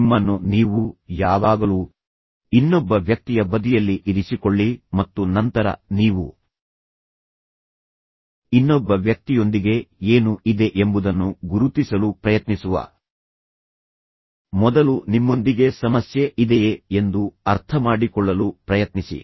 ನಿಮ್ಮನ್ನು ನೀವು ಯಾವಾಗಲೂ ಇನ್ನೊಬ್ಬ ವ್ಯಕ್ತಿಯ ಬದಿಯಲ್ಲಿ ಇರಿಸಿಕೊಳ್ಳಿ ಮತ್ತು ನಂತರ ನೀವು ಇನ್ನೊಬ್ಬ ವ್ಯಕ್ತಿಯೊಂದಿಗೆ ಏನು ಇದೆ ಎಂಬುದನ್ನು ಗುರುತಿಸಲು ಪ್ರಯತ್ನಿಸುವ ಮೊದಲು ನಿಮ್ಮೊಂದಿಗೆ ಸಮಸ್ಯೆ ಇದೆಯೇ ಎಂದು ಅರ್ಥಮಾಡಿಕೊಳ್ಳಲು ಪ್ರಯತ್ನಿಸಿ